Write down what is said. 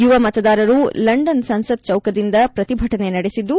ಯುವ ಮತದಾರರು ಲಂಡನ್ ಸಂಸತ್ ಚೌಕದಿಂದ ಪ್ರತಿಭಟನೆ ನಡೆಸಿದ್ದು